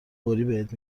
بهت